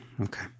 okay